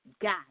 got